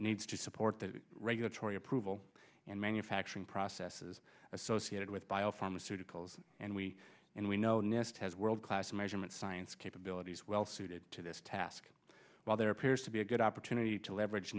needs to support the regulatory approval and manufacturing processes associated with bio pharmaceuticals and we and we know nist has world class measurement science capabilities well suited to this task while there appears to be a good opportunity to leverage